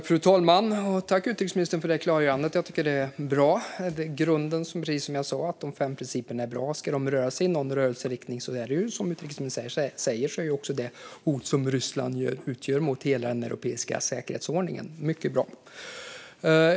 Fru talman! Tack, utrikesministern, för klargörandet! Jag tycker att det är bra. Det är grunden, precis som jag sa, att de fem principerna är bra. Om de ska röra sig i någon riktning är det, som utrikesministern säger, mot det hot som Ryssland utgör mot hela den europeiska säkerhetsordningen. Det är mycket bra.